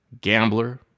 gambler